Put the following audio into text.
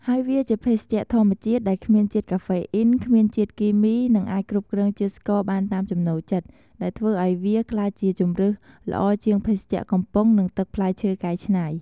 ហើយវាជាភេសជ្ជៈធម្មជាតិដែលគ្មានជាតិកាហ្វេអ៊ីន គ្មានជាតិគីមី និងអាចគ្រប់គ្រងជាតិស្ករបានតាមចំណូលចិត្ត ដែលធ្វើឲ្យវាក្លាយជាជម្រើសល្អជាងភេសជ្ជៈកំប៉ុង ឬទឹកផ្លែឈើកែច្នៃ។